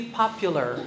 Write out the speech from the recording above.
popular